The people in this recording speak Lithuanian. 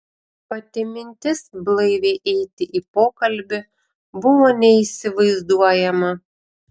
pati mintis blaiviai eiti į pokalbį buvo neįsivaizduojama